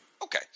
Okay